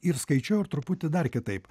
ir skaičiau ir truputį dar kitaip